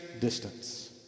distance